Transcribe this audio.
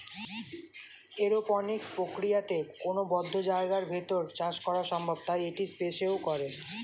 aeroponics প্রক্রিয়াতে কোনো বদ্ধ জায়গার ভেতর চাষ করা সম্ভব তাই এটি স্পেসেও করে